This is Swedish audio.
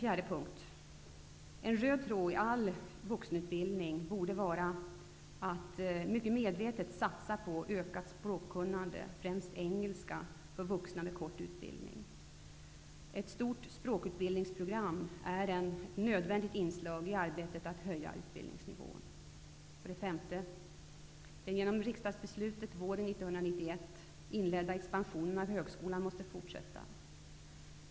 För det fjärde: En röd tråd i all vuxenutbildning borde vara att man mycket medvetet satsar på ökat språkkunnande - främst engelska för vuxna med kort utbildning. Ett stort språkutbildningsprogram är ett nödvändigt inslag i arbetet att höja utbildningsnivån. För det femte: Den genom riksdagsbeslutet från våren 1991 inledda expansionen av högskolan måste fortsätta.